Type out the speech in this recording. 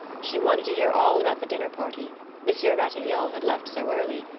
she wanted to hear all about the dinner party monsieur ratignolle had left so early.